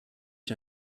ich